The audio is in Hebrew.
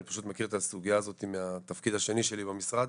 אני פשוט מכיר את הסוגיה הזאת מהתפקיד השני שלי במשרד.